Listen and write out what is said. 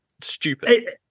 stupid